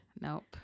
nope